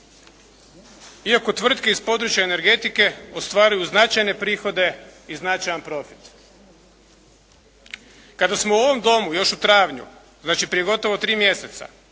iako tvrtke iz područja energetike ostvaruju značajne prihode i značajan profit. Kada smo u ovom Domu još u travnju, znači prije gotovo 3 mjeseca